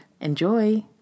Enjoy